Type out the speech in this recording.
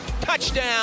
touchdown